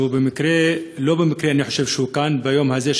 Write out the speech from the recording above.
שאני חושב שלא במקרה הוא כאן ביום הזה,